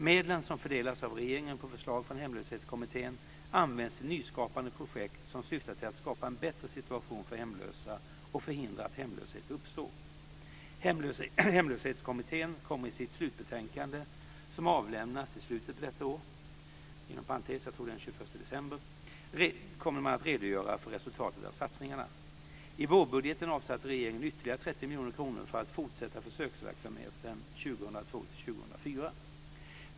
Medlen, som fördelas av regeringen på förslag från Hemlöshetskommittén, används till nyskapande projekt som syftar till att skapa en bättre situation för hemlösa och förhindra att hemlöshet uppstår. Hemlöshetskommittén kommer i sitt slutbetänkande, som avlämnas i slutet på detta år - jag tror att det är den 21 december - att redogöra för resultatet av satsningarna. I vårbudgeten avsatte regeringen ytterligare 30 miljoner kronor för att fortsätta försöksverksamheten 2002-2004.